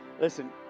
listen